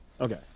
Okay